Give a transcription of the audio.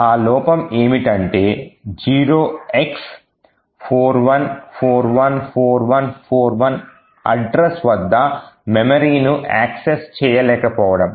ఆ లోపం ఏమిటంటే 0x41414141 అడ్రస్ వద్ద మెమరీ ను యాక్సిస్ చేయలేకపోవడం